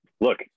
look